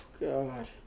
God